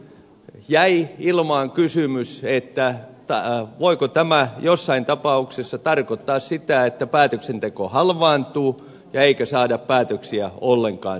tietenkin jäi ilmaan kysymys voiko tämä jossain tapauksessa tarkoittaa sitä että päätöksenteko halvaantuu eikä saada päätöksiä ollenkaan syntymään